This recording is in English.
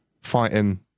fighting